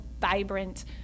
vibrant